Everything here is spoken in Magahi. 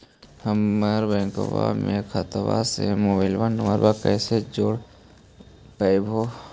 हम बैंक में खाता से मोबाईल नंबर कैसे जोड़ रोपबै?